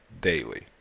daily